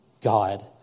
God